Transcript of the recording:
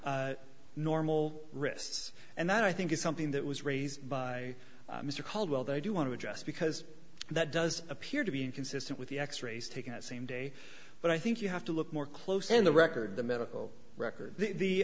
wrists and that i think is something that was raised by mr caldwell they do want to address because that does appear to be inconsistent with the x rays taken that same day but i think you have to look more closely in the record the medical record the